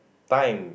time